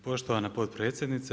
Poštovana potpredsjednice.